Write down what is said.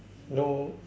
no